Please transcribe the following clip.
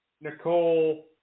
Nicole